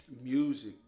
Music